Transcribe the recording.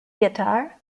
guitar